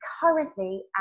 currently